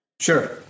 Sure